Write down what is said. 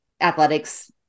athletics